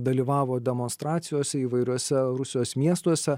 dalyvavo demonstracijose įvairiuose rusijos miestuose